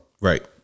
Right